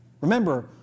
Remember